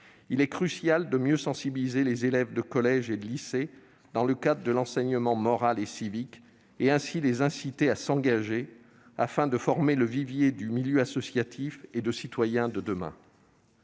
Il est crucial de mieux sensibiliser les élèves de collège et de lycée dans le cadre de l'enseignement moral et civique et, ainsi, de les inciter à s'engager afin de former le vivier du milieu associatif et de citoyens de demain.